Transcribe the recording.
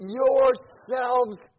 yourselves